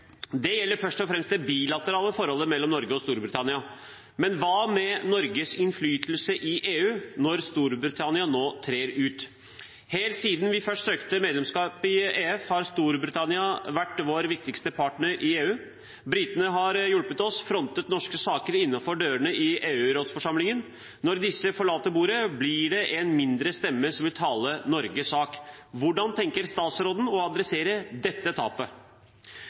Det gjelder først og fremst det bilaterale forholdet mellom Norge og Storbritannia. Men hva med Norges innflytelse i EU når Storbritannia nå trer ut? Helt siden vi først søkte medlemskap i EF, har Storbritannia vært vår viktigste partner i EU. Britene har hjulpet oss, frontet norske saker innenfor dørene i EU-rådets forsamling. Når disse forlater bordet, blir det én stemme mindre som vil tale Norges sak. Hvordan tenker statsråden å forholde seg til dette tapet?